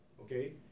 okay